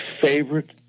favorite